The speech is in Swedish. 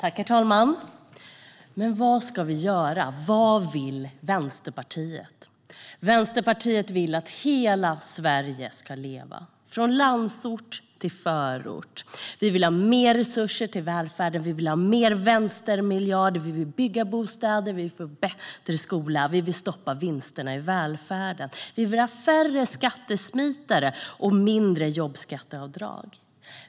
Herr talman! Vad ska vi göra? Vad vill Vänsterpartiet? Vänsterpartiet vill att hela Sverige ska leva, från landsort till förort. Vi vill ha mer resurser till välfärden och fler vänstermiljarder, och vi vill bygga bostäder, förbättra skolan och stoppa vinsterna i välfärden. Vi vill ha färre skattesmitare och mindre jobbskatteavdrag.